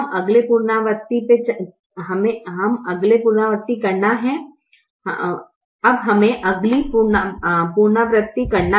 अब हमे अगली पुनरावृत्ति करना है